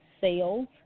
sales